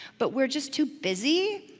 but we're just too busy,